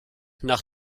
nach